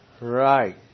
Right